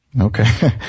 Okay